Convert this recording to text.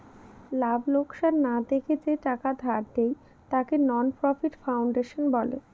লাভ লোকসান না দেখে যে টাকা ধার দেয়, তাকে নন প্রফিট ফাউন্ডেশন বলে